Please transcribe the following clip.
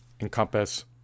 encompass